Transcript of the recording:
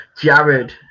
jared